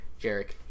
Jarek